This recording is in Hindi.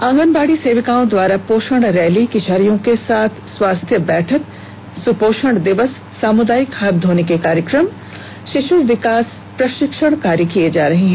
आंगनबाड़ी सेविकाओं द्वारा पोषण रैली किशोरियों के साथ स्वास्थ्य पर बैठक सुपोषण दिवस सामूदायिक हाथ धोने के कार्यक्रम शिशु विकास प्रशिक्षण कार्य किये जा रहे हैं